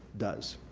does,